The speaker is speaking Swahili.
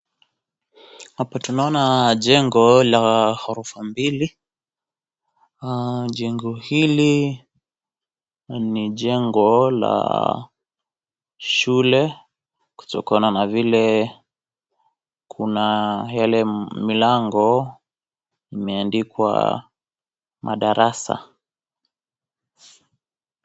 Hapa tunaona jengo la orofa mbili, jengo hili ni jengo la shule kutokana na vile kuna yale milango imeandikwa madarasa.